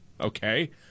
okay